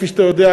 כפי שאתה יודע,